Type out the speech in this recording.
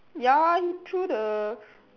ya he threw the